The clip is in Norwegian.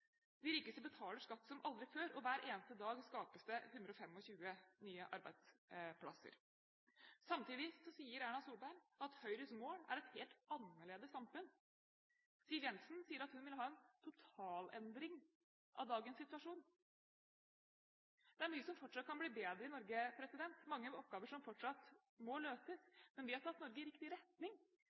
De rikeste betaler skatt som aldri før, og hver eneste dag skapes det 125 nye arbeidsplasser. Samtidig sier Erna Solberg at Høyres mål er et helt annerledes samfunn. Siv Jensen sier at hun vil ha en totalendring av dagens situasjon. Det er mye som fortsatt kan bli bedre i Norge, det er mange oppgaver som fortsatt må løses, men vi har tatt Norge i riktig retning